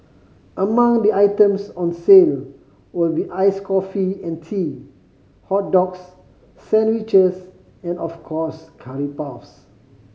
among the items on sale will be iced coffee and tea hot dogs sandwiches and of course curry puffs